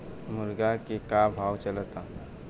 मुर्गा के का भाव चलता?